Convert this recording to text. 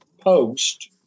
post